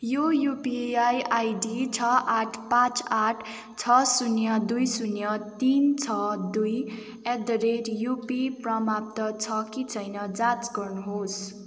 यो UPI ID छः आठ पाँच आठ छः शून्य दुई शून्य तिन छः दुई एटदरेट युपी प्रमाप्त छ कि छैन जाँच गर्नुहोस्